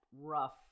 rough